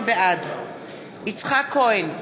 בעד יצחק כהן,